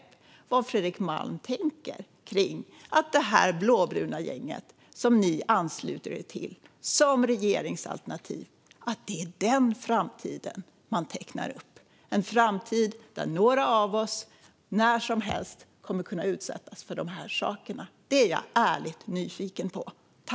Jag är ärligt nyfiken på vad Fredrik Malm tänker kring att det här blåbruna gänget, vars regeringsalternativ ni ansluter er till, tecknar upp en framtid där några av oss när som helst kommer att kunna utsättas för de här sakerna.